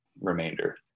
remainder